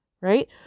right